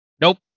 nope